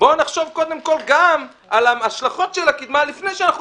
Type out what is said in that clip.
בואו נחשוב קודם כול גם על ההשלכות של הקדמה לפני שאנחנו